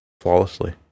flawlessly